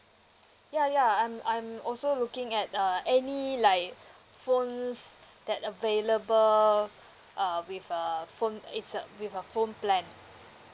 yeah yeah I'm I'm also looking at err any like phones that available err with err phone is uh with a phone plan